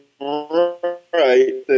right